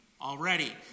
already